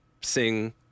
sing